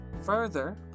Further